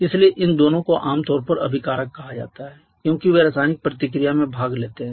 इसलिए इन दोनों को आम तौर पर अभिकारक कहा जाता है क्योंकि वे रासायनिक प्रतिक्रिया में भाग लेते हैं